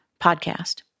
podcast